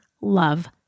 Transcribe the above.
Love